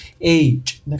age